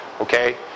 okay